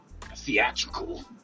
Theatrical